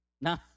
Nah